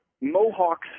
Mohawks